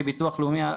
כביטוח לאומי,